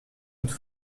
autre